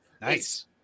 Nice